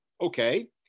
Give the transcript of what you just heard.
Okay